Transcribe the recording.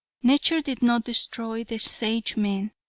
nature did not destroy the sagemen,